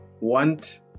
want